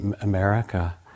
America